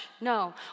No